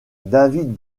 david